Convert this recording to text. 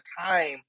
time